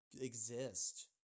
exist